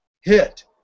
hit